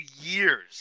years